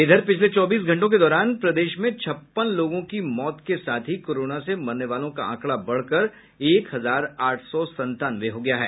इधर पिछले चौबीस घंटों के दौरान प्रदेश में छप्पन लोगों की मौत के साथ ही कोरोना से मरने वालों का आंकड़ा बढ़कर एक हजार आठ सौ संतानवे हो गया है